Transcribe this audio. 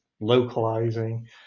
localizing